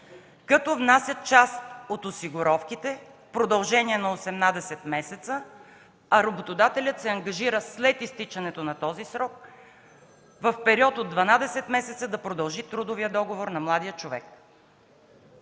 като внасят част от осигуровките в продължение на 18 месеца, а работодателят се ангажира след изтичането на този срок, в период от 12 месеца, да продължи трудовия договор на младия човек.